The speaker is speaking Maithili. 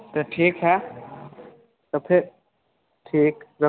तऽ ठीक हए तऽ फेर ठीक राखू